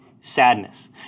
sadness